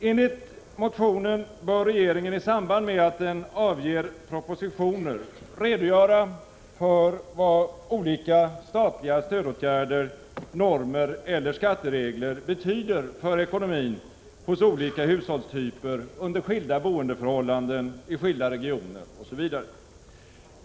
Enligt motionen bör regeringen i samband med att den avger propositioner redogöra för vad olika statliga stödåtgärder, normer eller skatteregler betyder för ekonomin hos olika hushållstyper under skilda boendeförhållanden, i skilda regioner osv.